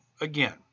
again